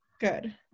good